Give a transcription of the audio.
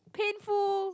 painful